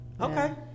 okay